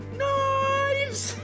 knives